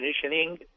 conditioning